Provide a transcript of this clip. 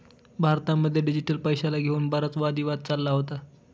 भारतामध्ये डिजिटल पैशाला घेऊन बराच वादी वाद चालला होता